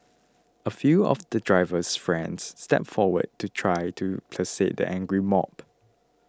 a few of the driver's friends stepped forward to try to placate the angry mob